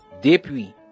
Depuis